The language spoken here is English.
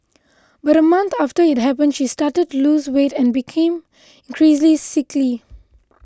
but a month after it happened she started to lose weight and became increasingly sickly